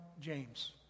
James